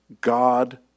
God